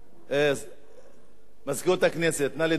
מזכירות הכנסת, נא לדאוג לכבוד השר.